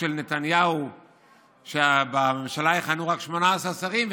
של נתניהו שבממשלה יכהנו רק 18 שרים,